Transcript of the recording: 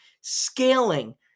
scaling